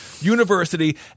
University